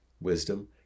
Wisdom